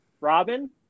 Robin